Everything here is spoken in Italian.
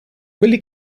quelli